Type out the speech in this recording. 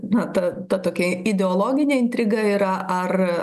na ta ta tokia ideologinė intriga yra ar